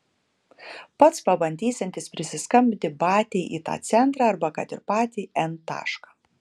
pats pabandysiantis prisiskambinti batiai į tą centrą arba kad ir į patį n tašką